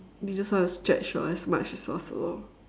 they just want to stretch for as much as possible